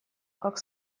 как